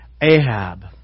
Ahab